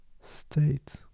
state